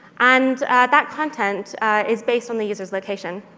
and that content is based on the user's location.